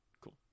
Cool